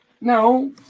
No